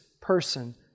person